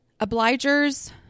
obligers